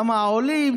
כי העולים,